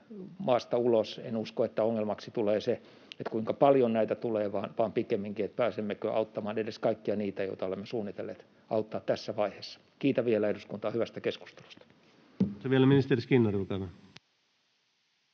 maasta ulos, enkä usko, että ongelmaksi tulee se, kuinka paljon näitä tulee, vaan pikemminkin se, pääsemmekö auttamaan edes kaikkia niitä, joita olemme suunnitelleet auttavamme tässä vaiheessa. Kiitän vielä eduskuntaa hyvästä keskustelusta.